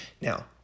Now